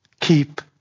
Keep